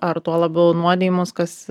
ar tuo labiau nuodijimus kas